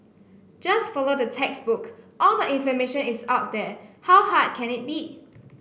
just follow the textbook all the information is out there how hard can it be